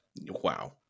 Wow